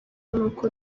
nk’uko